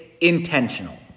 intentional